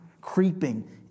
creeping